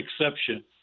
exception